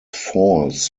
falls